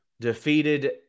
Defeated